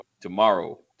tomorrow